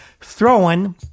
throwing